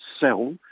sell